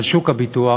על שוק הביטוח,